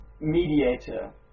Mediator